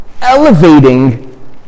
elevating